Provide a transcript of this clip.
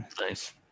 nice